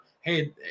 hey